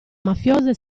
mafiose